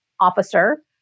officer